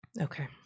Okay